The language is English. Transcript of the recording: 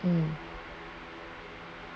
um